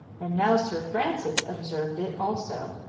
and now sir francis observed it also.